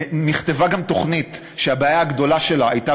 ונכתבה גם תוכנית שהבעיה הגדולה שלה הייתה